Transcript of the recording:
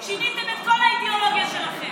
אני רואה ששיניתם את כל האידיאולוגיה שלכם.